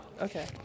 okay